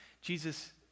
Jesus